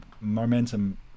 momentum